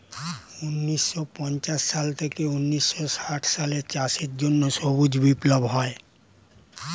ঊন্নিশো পঞ্চাশ সাল থেকে ঊন্নিশো ষাট সালে চাষের জন্য সবুজ বিপ্লব হয়